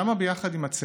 שגרים שם ביחד עם הצוות,